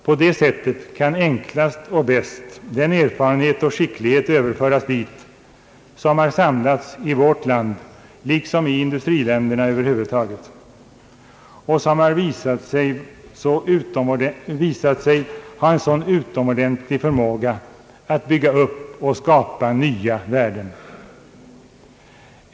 På det sättet kan enklast och bäst dit överföras den erfarenhet och skicklighet som har samlats i vårt land liksom i industriländerna över huvud taget och som visat sig ha en sådan utomordentlig förmåga att bygga upp och skapa nya värden.